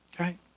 okay